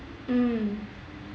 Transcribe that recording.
mm